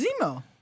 Zemo